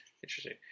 Interesting